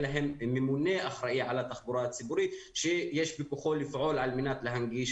להם ממונה אחראי על התחבורה הציבורית שיש בכוחו לפעול על מנת להנגיש